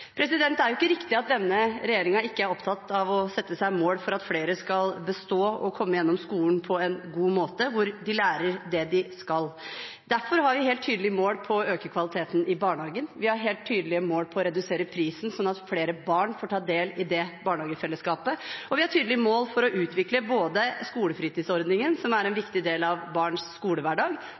Det er ikke riktig at denne regjeringen ikke er opptatt av å sette seg mål for at flere skal bestå og komme gjennom skolen på en god måte, hvor de lærer det de skal. Derfor har vi helt tydelige mål på å øke kvaliteten i barnehagen. Vi har helt tydelige mål på å redusere prisen, sånn at flere barn får ta del i det barnehagefellesskapet, og vi har tydelige mål både for å utvikle skolefritidsordningen, som er en viktig del av barns skolehverdag,